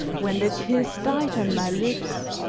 when the kiss died on my lips,